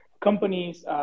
companies